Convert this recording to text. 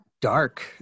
Dark